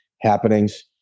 happenings